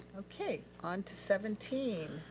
okay, on to seventeen,